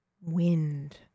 wind